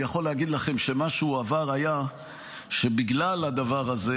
אני יכול להגיד לכם שמה שהוא עבר היה שבגלל הדבר הזה